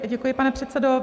Děkuji, pane předsedo.